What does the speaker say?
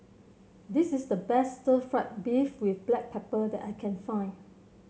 this is the best Stir Fried Beef with Black Pepper that I can find